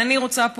אני רוצה,